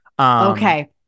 Okay